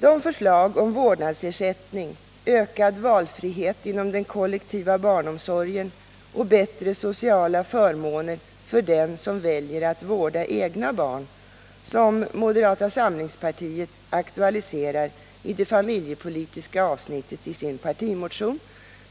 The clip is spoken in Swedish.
De förslag om vårdnadsersättning, ökad valfrihet inom den kollektiva barnomsorgen och bättre sociala förmåner för den som väljer att vårda egna barn, som moderata samlingspartiet aktualiserar i det familjepolitiska avsnittet av sin partimotion,